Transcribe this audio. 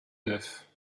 neuf